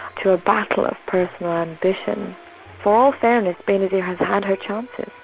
to a battle of personal ambition. for all fairness, benazir has had her chances,